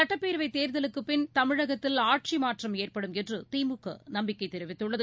சட்டப்பேரவைதேர்தலுக்குப் பின் தமிழகத்தில் ஆட்சிமாற்றம் ஏற்படும் என்றுதிமுகநம்பிக்கைதெரிவித்துள்ளது